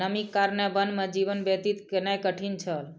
नमीक कारणेँ वन में जीवन व्यतीत केनाई कठिन छल